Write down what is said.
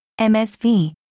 mSv